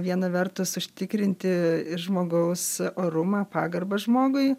viena vertus užtikrinti žmogaus orumą pagarbą žmogui